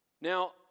Now